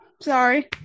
Sorry